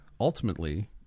ultimately